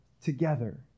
together